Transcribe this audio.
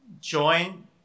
join